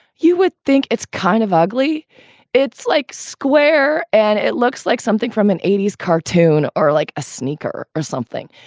you would think it's kind of ugly it's like square and it looks like something from an eighty s cartoon or like a sneaker or something.